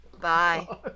Bye